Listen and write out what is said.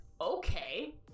okay